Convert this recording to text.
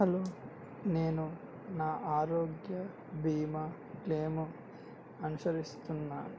hello నేను నా ఆరోగ్య బీమా క్లెయిమ్ను అనుసరిస్తున్నాను